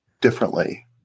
differently